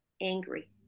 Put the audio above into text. angry